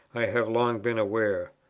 i have long been aware.